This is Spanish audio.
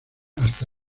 hasta